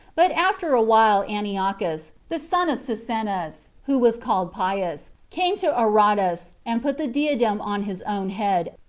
but after a while antiochus, the son of cyzicenus, who was called pius, came to aradus, and put the diadem on his own head,